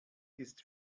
ist